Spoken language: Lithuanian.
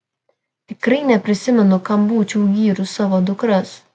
tikrai neprisimenu kad būčiau kam gyrus savo dukras